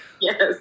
Yes